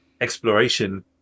exploration